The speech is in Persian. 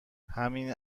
همین